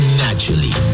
naturally